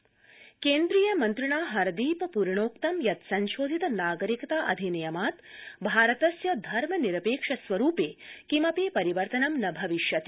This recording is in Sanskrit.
हरदीप पुरी केन्द्रीयमन्त्रिणा हरदीप प्रिणोक्तं यत् संशोधित नागरिकताधिनियमात् भारतस्य धर्मनिरपेक्ष स्वरूपे किमपि परिवर्तनं न भविष्यति